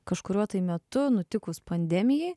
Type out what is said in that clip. kažkuriuo tai metu nutikus pandemijai